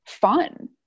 fun